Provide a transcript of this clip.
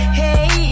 hey